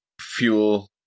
fuel